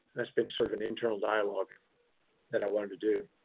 that's been sort of an internal dialogue that i wanted to do,